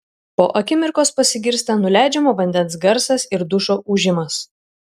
po akimirkos pasigirsta nuleidžiamo vandens garsas ir dušo ūžimas